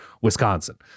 Wisconsin